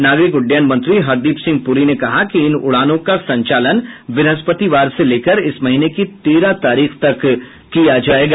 नागरिक उड्डयन मंत्री हरदीप सिंह पुरी ने कहा कि इन उडानों का संचालन बृहस्पतिवार से लेकर इस महीने की तेरह तारीख तक किया जाएगा